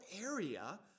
area